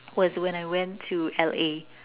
was when I went to L_A